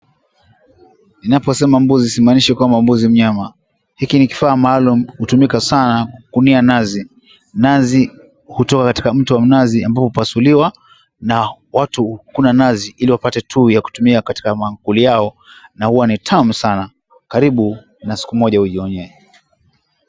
Ninaposema mbuzi, simaaanishi kwamba mbuzi mnyama, hiki ni kifaa maalum hutumika sana kukunia nazi. Nazi hutoka katika mti wa mnazi ambao hupasuliwa na watu hukuna nazi ili wapate tui ya kutumia katika maankuli yao na huwa ni tamu sana. Karibu na siku moja ujionee.